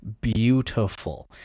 beautiful